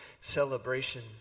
celebration